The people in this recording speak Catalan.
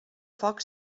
foc